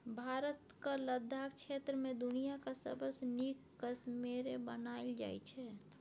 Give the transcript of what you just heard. भारतक लद्दाख क्षेत्र मे दुनियाँक सबसँ नीक कश्मेरे बनाएल जाइ छै